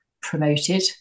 promoted